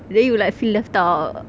then you like feel left out